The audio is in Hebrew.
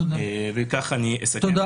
וכך אני אסכם.